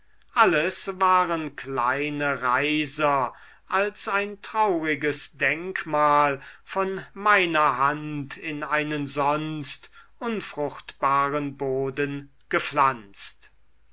alles waren kleine reiser als ein trauriges denkmal von meiner hand in einen sonst unfruchtbaren boden gepflanzt